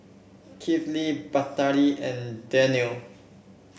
Kifli Batari and Danial